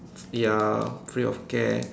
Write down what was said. ya free of care